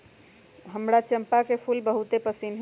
हमरा चंपा के फूल बहुते पसिन्न हइ